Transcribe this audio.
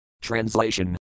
Translation